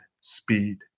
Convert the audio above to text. speed